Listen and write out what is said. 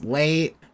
late